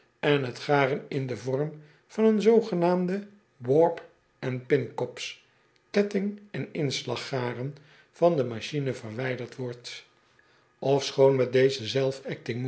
en het garen in den vorm van de zoogenaamde w a r p en p i n c o p s ketting en inslaggaren van de machine verwijderd wordt fschoon met deze